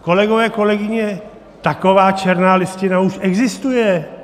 Kolegové, kolegyně, taková černá listina už existuje.